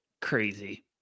crazy